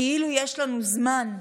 כאילו שיש לנו זמן,